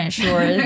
sure